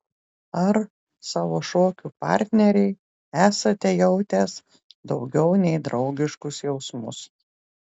ar savo šokių partnerei esate jautęs daugiau nei draugiškus jausmus